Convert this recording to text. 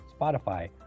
Spotify